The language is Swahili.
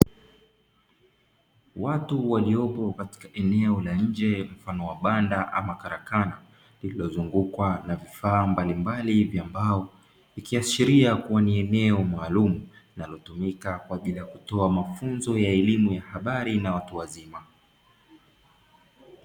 Watu waliopo katika eneo la nje mfano wa banda ama karakana lililozungukwa na vifaa mbalimbali vya mbao ikiashiria kuwa ni eneo maalumu linalotumika kwa ajili ya kutoa mafunzo ya elimu ya habari ya watu wazima.